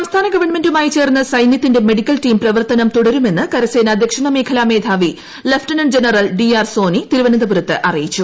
സംസ്ഥാന ഗവൺമെന്റുമായി ചേർന്ന് സൈന്യത്തിന്റെ മെഡിക്കൽ ടീം പ്രവർത്തനം തുടരുമെന്ന് കരസേന ദക്ഷിണ മേഖലാ മേധാവി lieutenant general D R Soni തിരുവനന്തപുരത്ത് അറിയിച്ചു